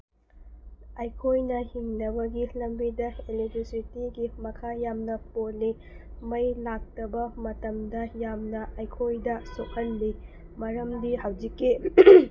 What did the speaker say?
ꯑꯩꯈꯣꯏꯅ ꯍꯤꯡꯅꯕꯒꯤ ꯂꯝꯕꯤꯗ ꯏꯂꯦꯛꯇ꯭ꯔꯤꯁꯤꯇꯤꯒꯤ ꯃꯈꯥ ꯌꯥꯝꯅ ꯄꯣꯜꯂꯤ ꯃꯩ ꯂꯥꯛꯇꯕ ꯃꯇꯝꯗ ꯌꯥꯝꯅ ꯑꯩꯈꯣꯏꯗ ꯁꯣꯛꯍꯜꯂꯤ ꯃꯔꯝꯗꯤ ꯍꯧꯖꯤꯛꯀꯤ